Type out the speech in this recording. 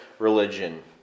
religion